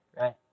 right